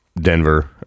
denver